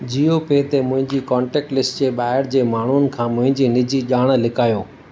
जीओ पे ते मुंहिंजी कॉन्टेक्ट लिस्ट जे ॿाहिर जे माण्हुनि खां मुंहिंजी निजी ॼाणु लिकायो